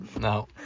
No